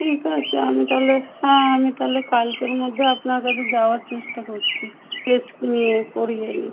ঠিক আছে আমি তাহলে হ্যাঁ আমি তাহলে কালকের মধ্যে আপনার কাছে যাওয়ার চেষ্টা করছি টেস্ট নিয়ে করিয়ে এগুলো